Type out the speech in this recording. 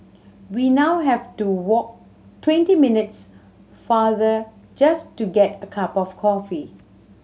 we now have to walk twenty minutes farther just to get a cup of coffee